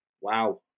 wow